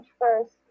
first